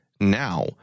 now